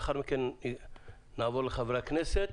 לאחר מכן נעבור לחברי הכנסת.